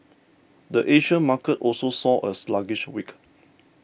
the Asia market also saw a sluggish week